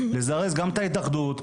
לזרז גם את ההתאחדות,